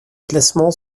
classement